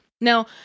Now